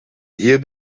hier